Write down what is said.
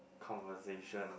conversations